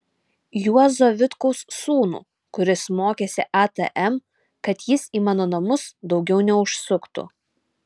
juozo vitkaus sūnų kuris mokėsi atm kad jis į mano namus daugiau neužsuktų